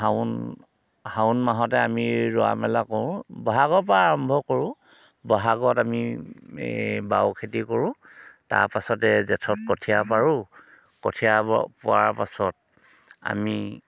শাওণ শাওণ মাহতে আমি ৰোৱা মেলা কৰোঁ বহাগৰ পৰা আৰম্ভ কৰোঁ বহাগত আমি এই বাওখেতি কৰোঁ তাৰ পাছতে জেঠত কঠীয়া পাৰোঁ কঠীয়া প পৰাৰ পাছত আমি